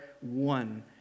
one